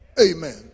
Amen